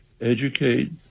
educate